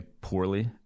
poorly